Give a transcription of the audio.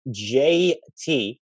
JT